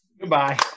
Goodbye